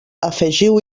afegiu